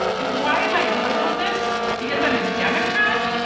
and why am i doing all this? because i'm a democrat.